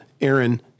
Aaron